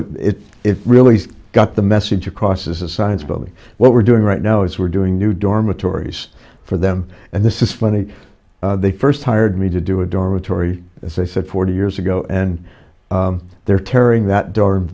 it really got the message across as a science building what we're doing right now is we're doing new dormitories for them and this is funny they first hired me to do a dormitory as i said forty years ago and they're tearing that do